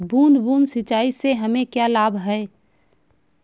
बूंद बूंद सिंचाई से हमें क्या लाभ है?